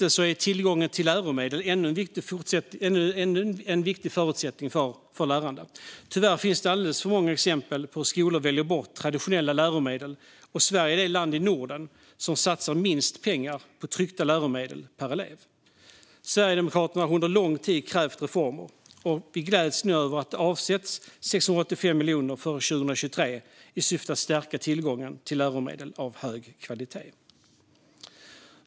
Tillgången till läromedel är ännu en viktig förutsättning för lärande. Tyvärr finns det alldeles för många exempel på att skolor väljer bort traditionella läromedel, och Sverige är det land i Norden som satsar minst pengar på tryckta läromedel per elev. Sverigedemokraterna har under lång tid krävt reformer, och vi gläds nu över att det avsätts 685 miljoner för 2023 i syfte att stärka tillgången till läromedel av hög kvalitet.